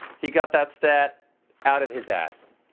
he got that stat out of his ass.